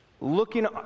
looking